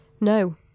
no